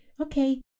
Okay